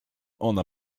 ona